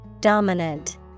Dominant